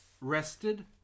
rested